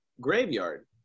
graveyard